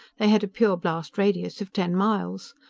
they had a pure-blast radius of ten miles.